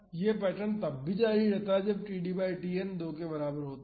यह पैटर्न तब भी जारी रहता है जब td बाई Tn 2 के बराबर होता है